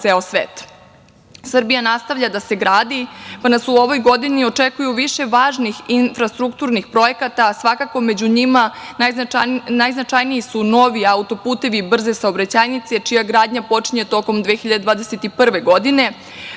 svet. Srbija nastavlja da se gradi, pa nas u ovoj godini očekuje više važnih infrastrukturnih projekata, a svakako među njima najznačajniji su novi auto-putevi i brze saobraćajnice, čija gradnja počinje tokom 2021. godine,